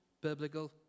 biblical